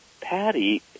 Patty